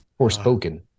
Forspoken